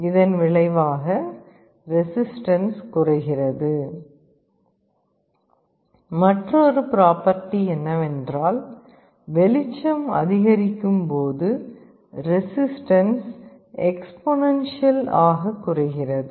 இதன் விளைவாக ரெசிஸ்டன்ஸ் குறைகிறது மற்றொரு பிராப்பர்டி என்னவென்றால் வெளிச்சம் அதிகரிக்கும் போது ரெசிஸ்டன்ஸ் எக்ஸ்பொனென்ஷியல் ஆக குறைகிறது